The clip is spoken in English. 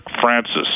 Francis